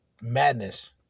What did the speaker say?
madness